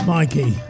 Mikey